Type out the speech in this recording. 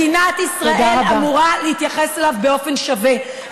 מדינת ישראל אמורה להתייחס אליו באופן שווה.